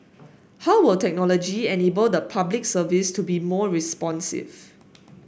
how will technology enable the Public Service to be more responsive